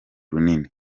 runini